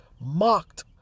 Mocked